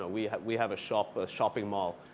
ah we have we have a shopping shopping mall.